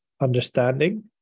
understanding